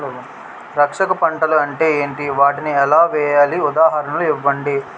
రక్షక పంటలు అంటే ఏంటి? వాటిని ఎలా వేయాలి? ఉదాహరణలు ఇవ్వండి?